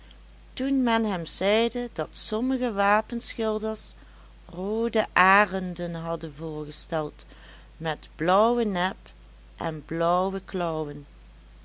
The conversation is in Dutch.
toen men hem zeide dat sommige wapenschilders roode arenden hadden voorgesteld met blauwe neb en blauwe